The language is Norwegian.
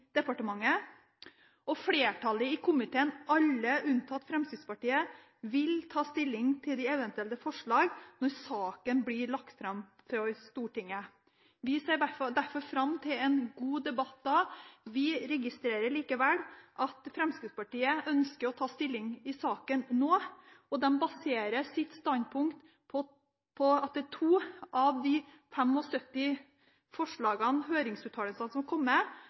Flertallet i komiteen, alle unntatt Fremskrittspartiet, vil ta stilling til eventuelle forslag når saken blir lagt fram for Stortinget. Vi ser derfor fram til en god debatt da. Vi registrerer likevel at Fremskrittspartiet ønsker å ta stilling i saken nå, og de baserer sitt standpunkt på to av de 75 høringsuttalelsene som er kommet, og som har et avvikende standpunkt til forslaget som